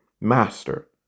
Master